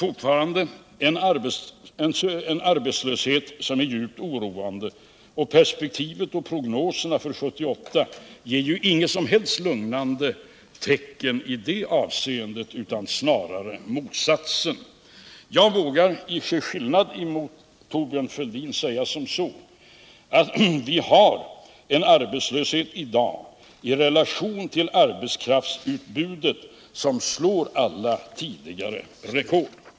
Perspektivet för 1978 ger inga som helst lugnande tecken utan snarare motsatsen. Jag vågar till skillnad mot Thorbjörn Fälldin säga att vi har en arbetslöshet i dag i relation till arbetskraftsutbudet som slår alla tidigare rekord.